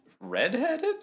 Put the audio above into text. red-headed